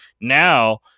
Now